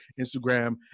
Instagram